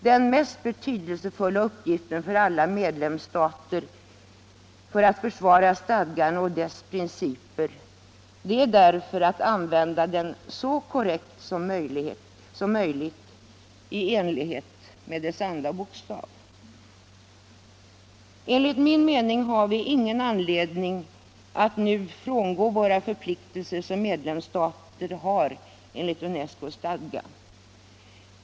Den mest betydelsefulla uppgiften för alla medlemsstater när det gäller att försvara stadgan och dess principer är därför att använda den så korrekt som möjligt i enlighet med dess anda och bokstav. Vi har ingen anledning att nu frångå de förpliktelser som medlemsstater har enligt UNESCO:s stadga.